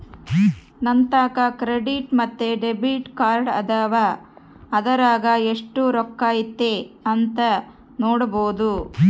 ನಂತಾಕ ಕ್ರೆಡಿಟ್ ಮತ್ತೆ ಡೆಬಿಟ್ ಕಾರ್ಡದವ, ಅದರಾಗ ಎಷ್ಟು ರೊಕ್ಕತೆ ಅಂತ ನೊಡಬೊದು